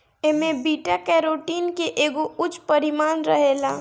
एमे beta carotene के एगो उच्च परिमाण रहेला